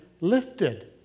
lifted